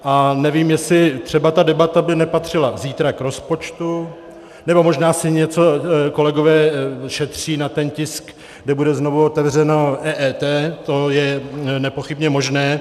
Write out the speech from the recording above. A nevím, jestli třeba ta debata by nepatřila zítra k rozpočtu, nebo možná si něco kolegové šetří na ten tisk, kde bude znovu otevřeno EET, to je nepochybně možné.